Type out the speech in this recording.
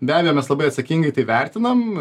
be abejo mes labai atsakingai tai vertinam